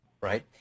right